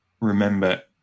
remember